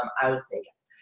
um i would say yes.